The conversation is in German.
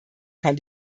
kann